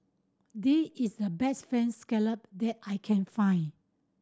this is the best Fried Scallop that I can find